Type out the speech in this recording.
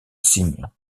cygne